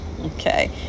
okay